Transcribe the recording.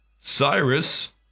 Cyrus